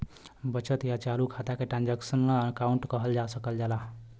बचत या चालू खाता के ट्रांसक्शनल अकाउंट कहल जा सकल जाला